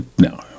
No